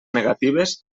negatives